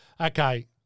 Okay